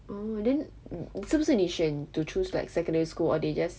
oh then um 是不是你选 to choose like secondary school or they just